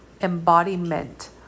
embodiment